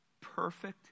perfect